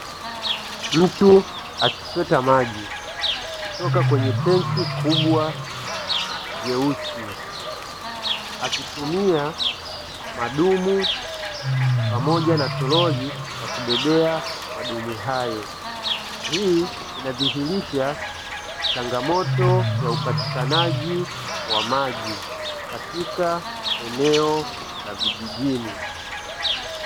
Mtu akichota maji kutoka kwenye tenki kubwa jeusi akitumia madumu pamoja na toroli la kubebea madumu hayo. Hii inadhihirisha changamoto ya upatikani wa maji katika maeneo ya vijijini.